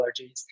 allergies